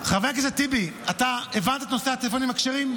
הכנסת טיבי, אתה הבנת את נושא הטלפונים הכשרים?